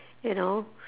you know